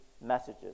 messages